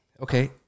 Okay